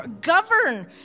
govern